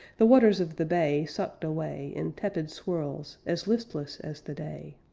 the waters of the bay sucked away in tepid swirls, as listless as the day.